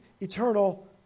eternal